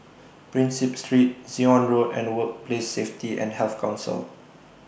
Prinsep Street Zion Road and Workplace Safety and Health Council